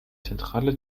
zentrale